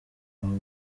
aho